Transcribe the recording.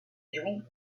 jouit